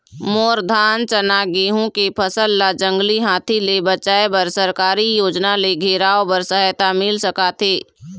मोर धान चना गेहूं के फसल ला जंगली हाथी ले बचाए बर सरकारी योजना ले घेराओ बर सहायता मिल सका थे?